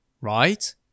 right